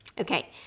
okay